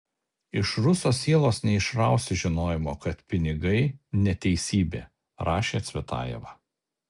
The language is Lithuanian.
iš ruso sielos neišrausi žinojimo kad pinigai neteisybė rašė cvetajeva